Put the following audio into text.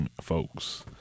folks